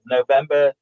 November